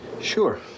Sure